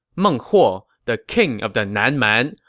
meng huo, the king of the nan man,